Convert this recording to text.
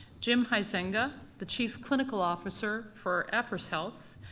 jim huizenga, the chief clinical officer for appriss health.